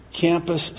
Campus